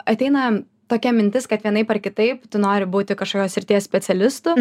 ateina tokia mintis kad vienaip ar kitaip tu nori būti kažkokios srities specialistu